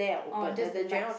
orh just the lights